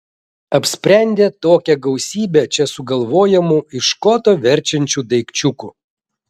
apsprendė tokią gausybę čia sugalvojamų iš koto verčiančių daikčiukų